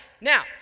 Now